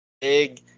Big